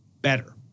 better